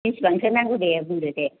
बिसिबांथो नांगौ दे बुंदो दे